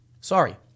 Sorry